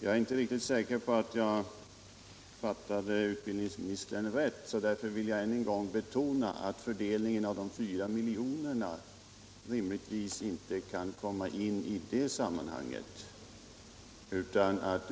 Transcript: Jag är inte riktigt säker på att jag fattade utbildningsministern rätt, och jag vill därför än en gång betona att fördelningen av de 4 miljonerna rimligtvis inte kan komma in i det sammanhanget.